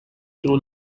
true